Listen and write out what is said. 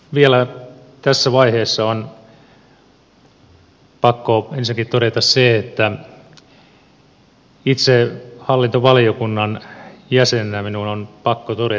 hallintovaliokunnan jäsenenä minun on pakko todeta se että minun on pakko tulee